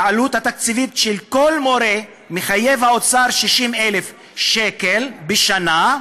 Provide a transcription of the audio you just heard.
העלות התקציבית של כל מורה מחייבת את האוצר ל-60,000 שקל בשנה,